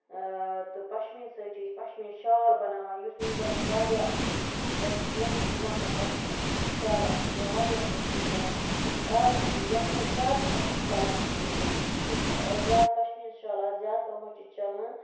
تہٕ پَشمیٖن سۭتۍ چھِ أسۍ پَشمیٖن شال بَناوان یُس ؤنکٮ۪نَس واریاہ یَتھ پۄنٛسہٕ چھِ یِوان تَتھ پَشمیٖن شالَس چھُ یِوان واریاہ پونٛسہٕ وٕنکٮ۪نَس یُس آز یَتھ منٛز زیادٕ پَہمَتھ چَلان چھِ ییٚتہِ یُس زیادٕ پَشمیٖن شال آز زیادٕ پَہمَتھ چھُ چَلان